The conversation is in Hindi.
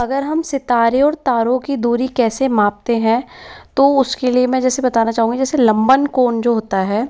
अगर हम सितारें और तारों की दूरी कैसे मापते हैं तो उसके लिए मैं जैसे बताना चाहूंगी जैसे लंबन कोण जो होता है